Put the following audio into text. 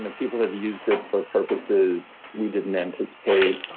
you know people have used it for purposes we didn't anticipate.